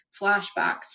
flashbacks